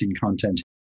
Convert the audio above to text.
content